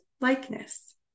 likeness